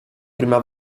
prima